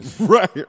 Right